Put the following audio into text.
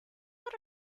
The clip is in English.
but